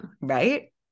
Right